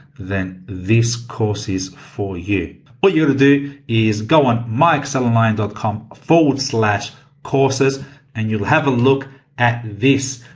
then this course is for you. what you are going to do is, go on my excel online dot com forward slash courses and you'll have a look at this,